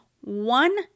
one